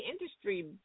industry